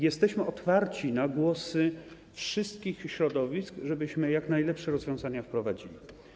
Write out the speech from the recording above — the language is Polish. Jesteśmy otwarci na głosy wszystkich środowisk, żebyśmy jak najlepsze rozwiązania wprowadzili.